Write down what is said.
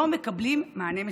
לא מקבלים מענה מספק.